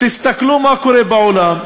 תסתכלו מה קורה בעולם.